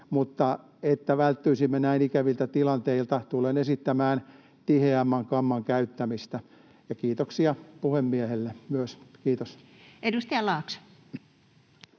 mutta jotta välttyisimme näin ikäviltä tilanteilta, tulen esittämään tiheämmän kamman käyttämistä. Ja kiitoksia puhemiehelle myös. — Kiitos. [Speech 57]